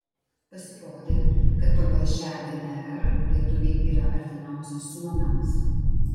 pasirodė kad pagal šią dnr lietuviai yra artimiausi suomiams